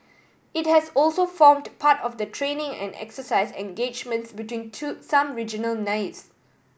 it has also formed part of the training and exercise engagements between to some regional navies